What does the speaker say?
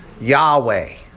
Yahweh